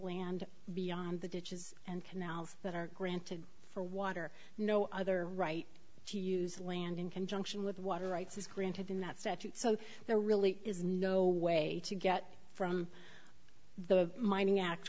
land beyond the ditches and canals that are granted for water no other right to use land in conjunction with water rights is granted in that statute so there really is no way to get from the mining act